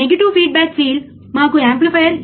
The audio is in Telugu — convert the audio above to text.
6 డివైడ్ బై 100 అని రాస్తాను